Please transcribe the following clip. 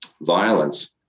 violence